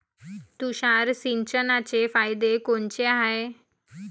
तुषार सिंचनाचे फायदे कोनचे हाये?